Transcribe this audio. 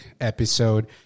episode